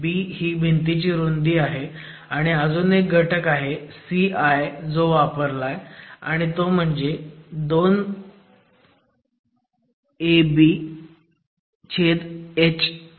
b ही भिंतीची रुंदी आहे आणि अजून एक घटक आहे CI जो वापरलाय आणि तो म्हणजे 2bh आहे